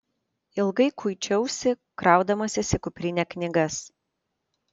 ilgai kuičiausi kraudamasis į kuprinę knygas